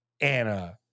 Anna